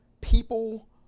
people